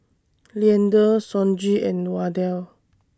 Leander Sonji and Wardell